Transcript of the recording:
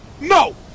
No